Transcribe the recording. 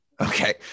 Okay